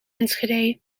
enschede